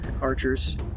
Archers